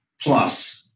plus